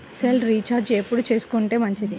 Cell recharge ఎప్పుడు చేసుకొంటే మంచిది?